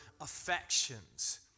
affections